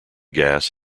gas